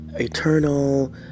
Eternal